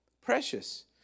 precious